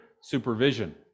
supervision